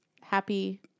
happy